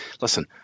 listen